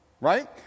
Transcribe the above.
right